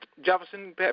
Jefferson